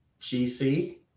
gc